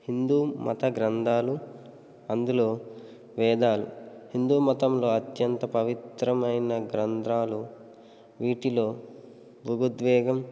హిందూ మత గ్రంథాలు అందులో వేదాలు హిందూ మతంలో అత్యంత పవిత్రమైన గ్రంథాలు వీటిలో భుభుద్వేగం